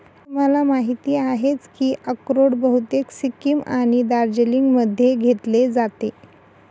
तुम्हाला माहिती आहेच की अक्रोड बहुतेक सिक्कीम आणि दार्जिलिंगमध्ये घेतले जाते